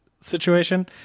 situation